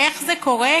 איך זה קורה?